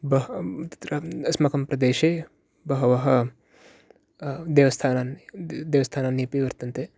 बह् तत्र अस्माकं प्रदेशे बहवः देवस्थान् देवस्थानान्यपि वर्तन्ते